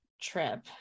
trip